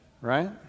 right